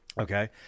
Okay